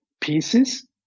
pieces